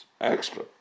extra